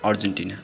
Argentina